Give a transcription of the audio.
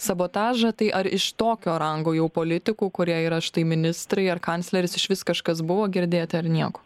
sabotažą tai ar iš tokio rango jau politikų kurie yra štai ministrai ar kancleris išvis kažkas buvo girdėti ar nieko